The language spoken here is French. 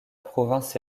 province